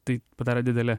tai padarė didelę